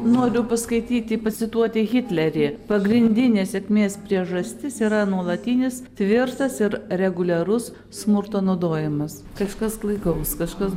noriu paskaityti pacituoti hitlerį pagrindinė nesėkmės priežastis yra nuolatinis tvirtas ir reguliarus smurto naudojimas kažkas klaikaus kažkas